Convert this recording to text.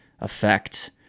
effect